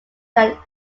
than